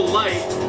light